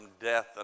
death